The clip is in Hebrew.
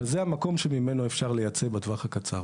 אבל זה המקום שממנו אפשר לייצא בטווח הקצר.